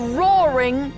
roaring